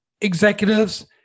executives